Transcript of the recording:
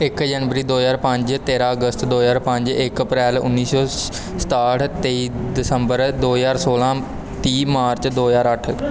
ਇੱਕ ਜਨਵਰੀ ਦੋ ਹਜ਼ਾਰ ਪੰਜ ਤੇਰ੍ਹਾਂ ਅਗਸਤ ਦੋ ਹਜ਼ਾਰ ਪੰਜ ਇੱਕ ਅਪ੍ਰੈਲ ਉੱਨੀ ਸੌ ਸਤਾਹਠ ਤੇਈ ਦਸੰਬਰ ਦੋ ਹਜ਼ਾਰ ਸੌਲ੍ਹਾਂ ਤੀਹ ਮਾਰਚ ਦੋ ਹਜ਼ਾਰ ਅੱਠ